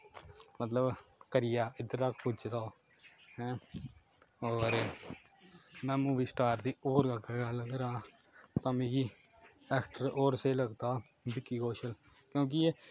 मतलब करियै इद्धर तक पुज्जे दा ओह् ऐं होर में मूवी स्टार दी होर कक्ख गल्ल करा तां मिकी ऐक्टर होर स्हेई लगदा विक्की कौशल क्योंकि